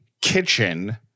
kitchen